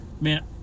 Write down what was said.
Man